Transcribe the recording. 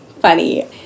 funny